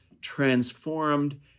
transformed